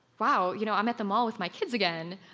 wow, you know i'm at the mall with my kids again.